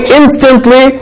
instantly